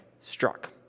struck